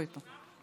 אוקיי.